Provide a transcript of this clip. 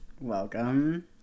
Welcome